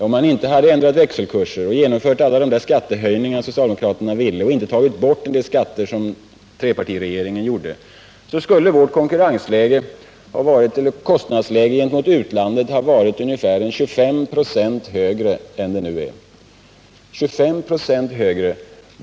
Om man inte hade ändrat växelkurserna, inte hade tagit bort de skatter som trepartiregeringen gjorde utan i stället hade genomfört de skattehöjningar som socialdemokraterna föreslog, så skulle vårt kostnadsläge i förhållande till utlandet ha legat ungefär 25 96 högre än nu.